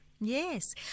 Yes